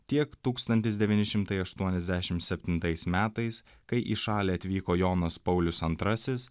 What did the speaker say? tiek tūkstantis devyni šimtai aštuoniasdešim septintais metais kai į šalį atvyko jonas paulius antrasis